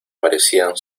parecían